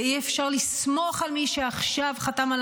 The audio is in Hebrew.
ואי-אפשר לסמוך על מי שעכשיו חתם על